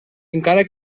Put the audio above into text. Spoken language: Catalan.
encara